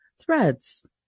threads